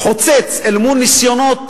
חוצץ אל מול ניסיונות